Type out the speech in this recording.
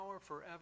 forever